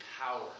power